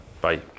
bye